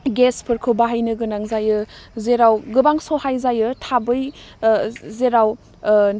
गेसफोरखौ बाहायनो गोनां जायो जेराव गोबां सहाय जायो थाबै ओह जेराव ओह